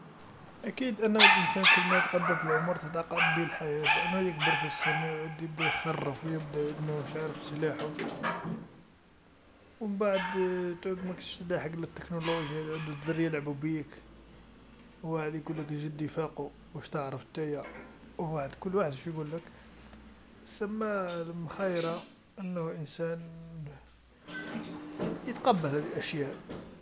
أكيد أنو الإنسان كل ما تقدم في العمر تقاضت به الحياة، لأنو يكبر في السن و يعود يبدا يخرف و يبدا يعود ماهوش عارف صلاحو، و مبعد تعود ماكش لاحق للتكنولوجيا و يعد الذريا يلعبو بيك، واحد يقولك جدي فاقو واش تعرف نتايا و واحد، كل واحد واش يقولك، سما المخيرا أنو إنسان يتقبل الأشياء.